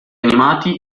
animati